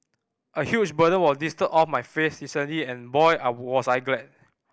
a huge burden was lifted off my face recently and boy I was glad